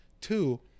Two